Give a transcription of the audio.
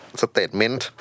statement